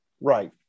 Right